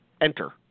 enter